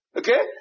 okay